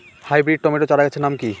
Hybrid tomato চারাগাছের নাম কি?